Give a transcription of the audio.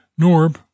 Norb